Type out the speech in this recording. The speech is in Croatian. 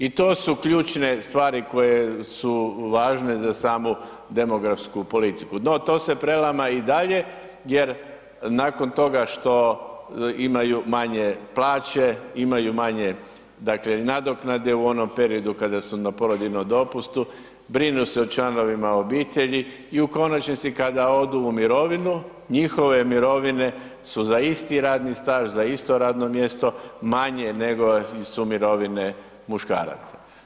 I to su ključne stvari koje su važne za samu demografsku politiku no to se prelama i dalje jer nakon toga što imaju manje plaće, imaju manje dakle nadoknade u onom periodu kada su na porodiljnom dopustu, brinu se o članovima obitelji, i u konačnici kada odu u mirovinu, njihove mirovine su za isti radni staž, za isto radno mjesto manje nego su mirovine muškaraca.